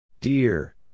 dear